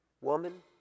woman